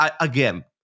Again